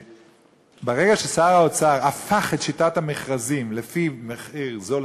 ברגע ששר האוצר הפך את שיטת המכרזים לפי מחיר למשתכן,